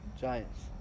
Giants